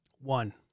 one